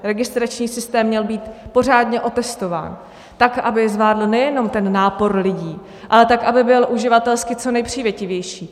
Registrační systém měl být pořádně otestován tak, aby zvládl nejenom nápor lidí, ale tak, aby byl uživatelsky co nejpřívětivější.